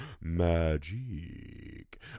magic